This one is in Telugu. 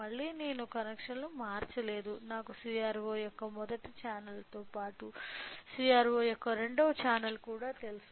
మళ్ళీ నేను కనెక్షన్లను మార్చలేదు నాకు CRO యొక్క మొదటి ఛానెల్తో పాటు CRO యొక్క రెండవ ఛానెల్కు తెలుసు